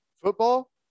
football